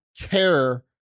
care